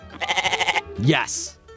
Yes